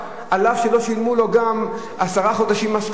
אף שלא שילמו לו גם עשרה חודשים משכורת,